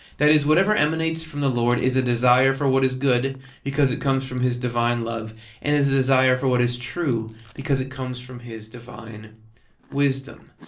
that is, whatever emanates from the lord is a desire for what is good because it comes from his divine love and is a desire for what is true because it comes from his divine wisdom.